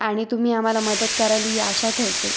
आणि तुम्ही आम्हाला मदत कराल ही आशा ठेवते